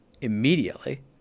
immediately